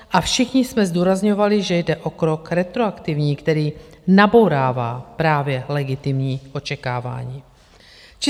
A všichni jsme zdůrazňovali, že jde o krok retroaktivní, který nabourává právě legitimní očekávání.